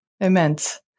Immense